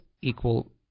equal